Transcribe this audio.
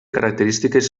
característiques